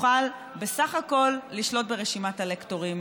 תוכל בסך הכול לשלוט ברשימת הלקטורים.